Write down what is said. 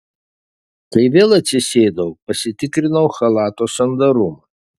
kai vėl atsisėdau pasitikrinau chalato sandarumą